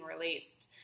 released